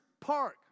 Park